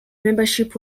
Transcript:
membership